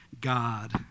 God